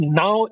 now